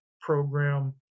program